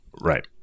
right